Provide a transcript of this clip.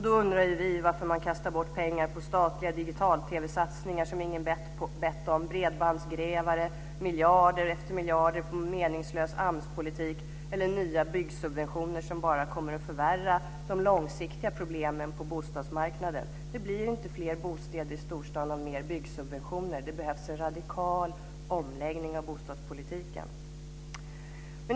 Då undrar vi varför man kastar bort pengar på statliga digital-TV-satsningar som ingen bett om, på bredbandsgrävare, miljarder efter miljarder på meningslös AMS-politik eller nya subventioner som bara kommer att förvärra de långsiktiga problemen på bostadsmarknaden. Det blir inte fler bostäder i storstäder med mer byggsubventioner; det behövs en radikal omläggning av bostadspolitiken.